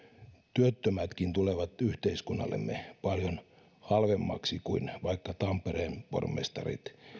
työttömätkin tulevat yhteiskunnallemme paljon halvemmaksi kuin vaikka tampereen pormestarit